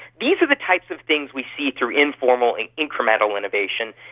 these are the types of things we see through informal and incremental innovation,